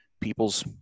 people's